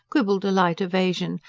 quibbled a light evasion,